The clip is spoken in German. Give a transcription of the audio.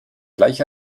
gleich